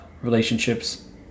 relationships